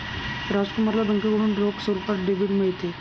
राजकुमारला बँकेकडून रोख स्वरूपात डेबिट मिळते